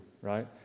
right